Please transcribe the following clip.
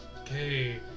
Okay